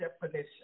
definition